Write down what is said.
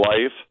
life